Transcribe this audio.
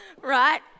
Right